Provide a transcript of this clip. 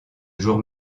jours